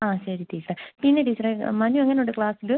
ആ ശരി ടീച്ചറേ പിന്നെ ടീച്ചറേ മനു എങ്ങനെ ഉണ്ട് ക്ലാസിൽ